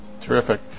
terrific